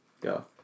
go